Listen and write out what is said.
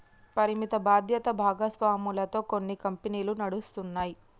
పరిమిత బాధ్యత భాగస్వామ్యాలతో కొన్ని కంపెనీలు నడుస్తాయి